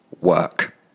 work